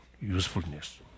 usefulness